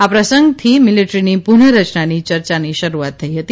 આ પ્રસંગથી મીલીટરીની પુનઃરચનાની ચર્ચાની શરૂઆત થઇ હતી